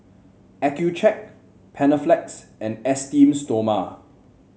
Accucheck Panaflex and Esteem Stoma